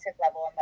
level